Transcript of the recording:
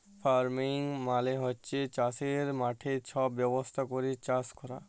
farming মালে হছে চাষের মাঠে ছব ব্যবস্থা ক্যইরে চাষ ক্যরা